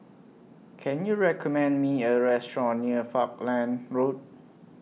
Can YOU recommend Me A Restaurant near Falkland Road